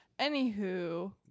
Anywho